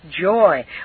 joy